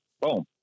boom